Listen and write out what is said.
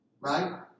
Right